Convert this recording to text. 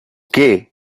qué